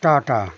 Tata